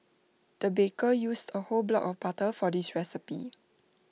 the baker used A whole block of butter for this recipe